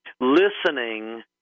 listening